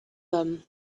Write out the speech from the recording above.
them